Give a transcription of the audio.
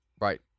Right